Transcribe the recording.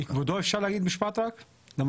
כבודו אפשר להגיד משפט אחד?